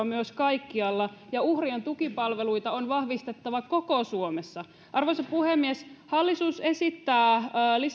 myös oltava kaikkialla ja uhrien tukipalveluita on vahvistettava koko suomessa arvoisa puhemies hallitus esittää